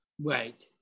right